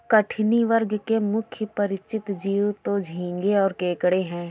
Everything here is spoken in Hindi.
कठिनी वर्ग के मुख्य परिचित जीव तो झींगें और केकड़े हैं